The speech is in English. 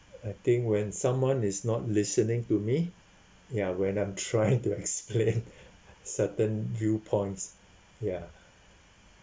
I think when someone is not listening to me ya when I'm trying to explain certain viewpoints ya